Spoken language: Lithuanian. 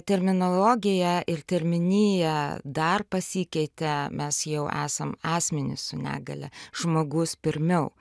terminologija ir terminija dar pasikeitė mes jau esam asmenys su negalia žmogus pirmiau